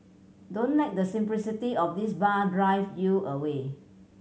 don't let the simplicity of this bar drive you away